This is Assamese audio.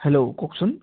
হেল্ল' কওকচোন